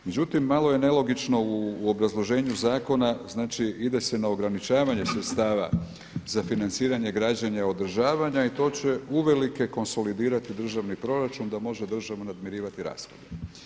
Međutim, malo je nelogično u obrazloženju zakona, znači ide se na ograničavanje sredstava za financiranje građenja, održavanja i to će uvelike konsolidirati državni proračun da može država namirivati rashode.